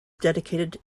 dedicated